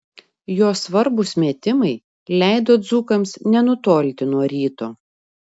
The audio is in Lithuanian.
jo svarbūs metimai leido dzūkams nenutolti nuo ryto